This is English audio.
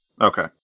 Okay